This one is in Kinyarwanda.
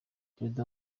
perezida